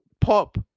pop